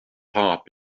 heart